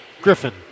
Griffin